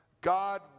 God